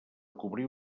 cobrir